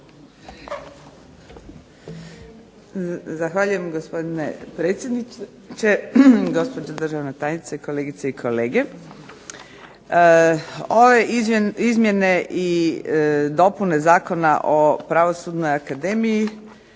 Zahvaljujem, gospodine predsjedniče. Gospođo državna tajnice, kolegice i kolege. Ove izmjene i dopune Zakona o pravosudnoj akademiji